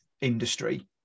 industry